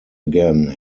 again